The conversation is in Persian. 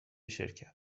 شرکت